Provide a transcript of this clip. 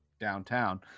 downtown